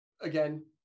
again